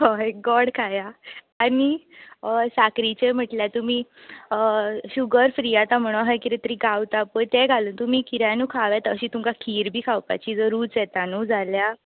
हय गॉड खांया आनी हय साकरीचे म्हणल्यार तुमी हय शुगर फ्रि आतां म्हणो अशें कितें तरी गावतां पळय तें घालुन तुमी कित्यानूय खांव येता खीर बी खावपाची जर रुच येता न्हय जाल्यार